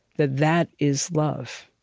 that that is love.